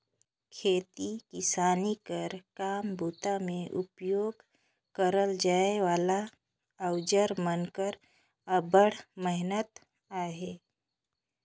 खेती किसानी कर काम बूता मे उपियोग करल जाए वाला अउजार मन कर अब्बड़ महत अहे